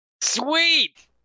Sweet